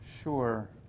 Sure